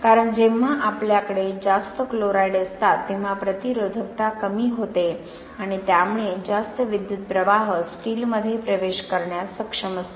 कारण जेव्हा आपल्याकडे जास्त क्लोराईड असतात तेव्हा प्रतिरोधकता कमी होते आणि त्यामुळे जास्त विद्युत प्रवाह स्टीलमध्ये प्रवेश करण्यास सक्षम असतो